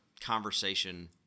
conversation